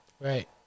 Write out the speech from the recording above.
Right